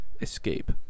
escape